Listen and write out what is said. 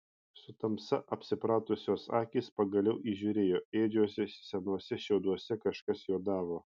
su tamsa apsipratusios akys pagaliau įžiūrėjo ėdžiose senuose šiauduose kažkas juodavo